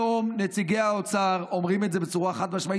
היום נציגי האוצר אומרים את זה בצורה חד-משמעית,